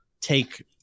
take